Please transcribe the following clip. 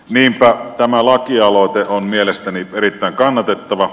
niinpä tämä lakialoite on mielestäni erittäin kannatettava